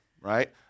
right